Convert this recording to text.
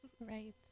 Right